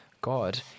god